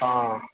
हँ